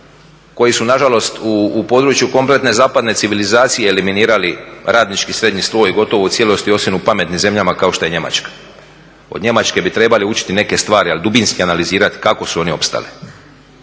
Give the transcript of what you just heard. koji su nažalost u području kompletne zapadne civilizacije eliminirali radnički srednji sloj gotovo u cijelosti osim u pametnim zemljama kao što je Njemačka. Od Njemačke bi trebali učiti neke stvari ali dubinski analizirati kako su oni opstali.